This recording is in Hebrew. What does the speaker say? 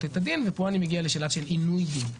את הדין ופה אני מגיע לשאלה של עינוי דין.